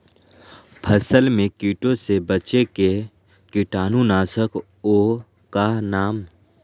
फसल में कीटों से बचे के कीटाणु नाशक ओं का नाम?